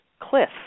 cliff